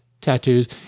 tattoos